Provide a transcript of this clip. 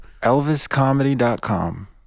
ElvisComedy.com